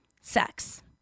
sex